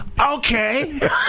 Okay